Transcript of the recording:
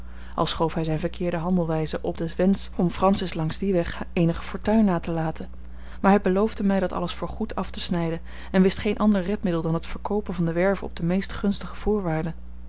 al schoof hij zijne verkeerde handelwijze op den wensch om francis langs dien weg eenige fortuin na te laten maar hij beloofde mij dat alles voor goed af te snijden en wist geen ander redmiddel dan het verkoopen van de werve op de meest gunstige voorwaarden